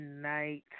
night